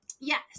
Yes